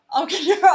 okay